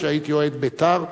שהייתי אוהד "בית"ר",